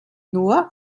nur